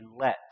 let